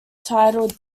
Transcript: titled